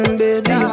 baby